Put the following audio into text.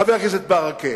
חבר הכנסת ברכה?